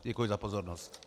Děkuji za pozornost.